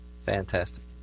fantastic